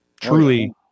truly